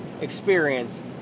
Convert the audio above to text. experience